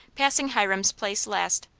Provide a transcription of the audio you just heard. passing hiram's place last.